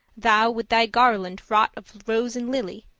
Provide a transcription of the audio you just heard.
thou with thy garland wrought of rose and lily,